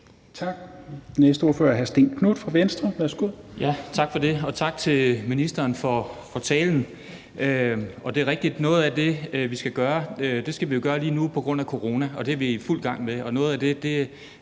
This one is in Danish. Den næste er hr. Stén Knuth fra Venstre. Værsgo. Kl. 10:21 Stén Knuth (V): Tak for det. Og tak til ministeren for talen. Det er rigtigt, at noget af det, vi skal gøre, jo skal gøres lige nu på grund af corona, og det er vi i fuld gang med.